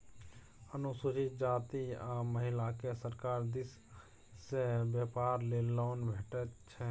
अनुसूचित जाती आ महिलाकेँ सरकार दिस सँ बेपार लेल लोन भेटैत छै